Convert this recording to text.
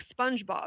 spongebob